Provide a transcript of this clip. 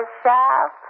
shop